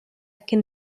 can